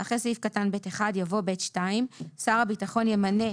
(2) אחרי סעיף קטן (ב1) יבוא: "(ב2) שר הביטחון ימנה,